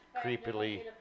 creepily